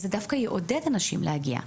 אז זה דווקא יעודד אנשים להגיע.